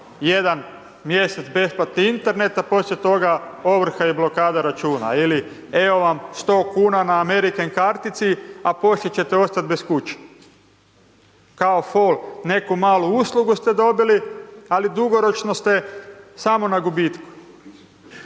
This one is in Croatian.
jedan mjesec besplatni Internet, a poslije toga ovrha i blokada računa, ili evo vam 100 kuna na American kartici, a poslije ćete ostat bez kuće. Kao fol neku malu uslugu ste dobili, ali dugoročno ste samo na gubitku.